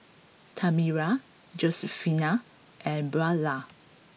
Tamera Josefina and Beulah